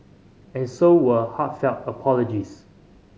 and so were heartfelt apologies